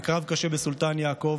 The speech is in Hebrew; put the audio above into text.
בקרב קשה בסולטאן יעקוב,